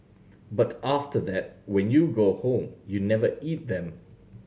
but after that when you go home you never eat them